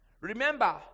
Remember